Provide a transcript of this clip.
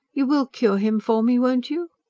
you will cure him for me, won't you?